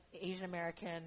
Asian-American